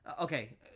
Okay